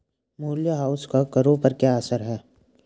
मूल्यह्रास का करों पर क्या असर है?